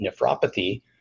nephropathy